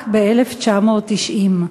רק ב-1990.